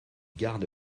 garde